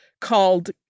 called